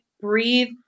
breathe